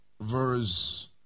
verse